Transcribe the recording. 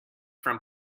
from